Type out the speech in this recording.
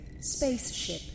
spaceship